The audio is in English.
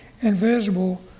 invisible